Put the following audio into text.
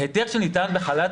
היתר שניתן לחל"ת,